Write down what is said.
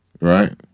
right